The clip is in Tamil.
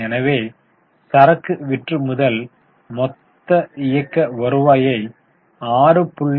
எனவே சரக்கு விற்று முதல் மொத்த இயக்க வருவாயை 6